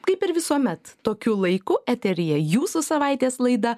kaip ir visuomet tokiu laiku eteryje jūsų savaitės laida